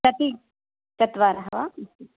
कति चत्वारः वा